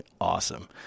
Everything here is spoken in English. awesome